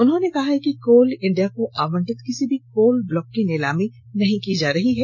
उन्होंने कहा है कि कोल इंडिया को आवंटित किसी भी कोल ब्लॉक की नीलामी नहीं की जा रही है